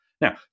Now